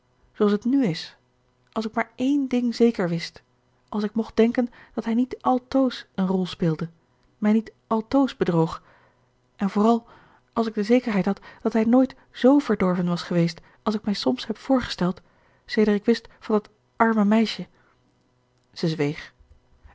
zooals het nu is als ik maar één ding zeker wist als ik mocht denken dat hij niet altoos een rol speelde mij niet altoos bedroog en vooral als ik de zekerheid had dat hij nooit z verdorven was geweest als ik mij soms heb voorgesteld sedert ik wist van dat arme meisje zij zweeg